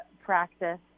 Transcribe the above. Practice